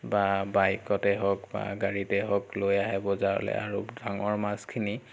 বা বাইকতে হওক বা গাড়ীতে হওক লৈ আহে বজাৰলৈ আৰু ডাঙৰ মাছখিনি